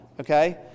okay